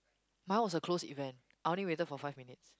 my one was a closed event I only waited for five minutes